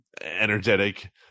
energetic